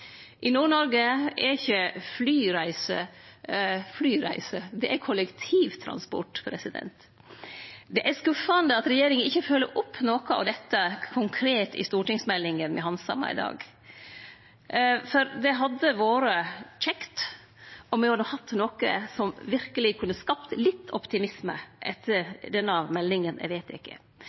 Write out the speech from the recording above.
I Nord-Noreg er ikkje flyreiser flyreiser, det er kollektivtransport. Det er skuffande at regjeringa ikkje følgjer opp noko av dette konkret i stortingsmeldinga me handsamar i dag, for det hadde vore kjekt om me hadde hatt noko som verkeleg kunne skapt litt optimisme etter at denne meldinga er